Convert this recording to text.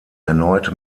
erneut